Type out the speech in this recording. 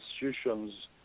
institutions